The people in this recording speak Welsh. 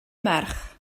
merch